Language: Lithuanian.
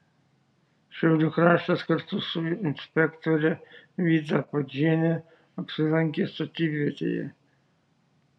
šiaulių kraštas kartu su inspektore vyta puodžiene apsilankė statybvietėje